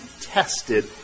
tested